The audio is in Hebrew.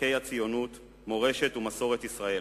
ערכי הציונות, מורשת ומסורת ישראל.